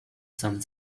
some